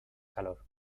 calor